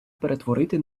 перетворити